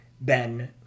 Ben